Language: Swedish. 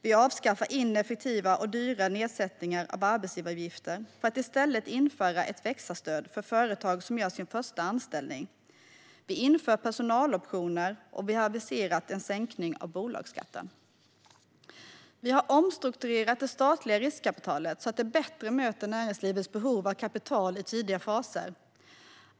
Vi avskaffar ineffektiva och dyra nedsättningar av arbetsgivaravgifter för att i stället införa ett växa-stöd för företag som gör sin första anställning. Vi inför personaloptioner, och vi har aviserat en sänkning av bolagsskatten. Vi har omstrukturerat det statliga riskkapitalet så att det bättre möter näringslivets behov av kapital i tidiga faser.